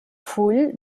full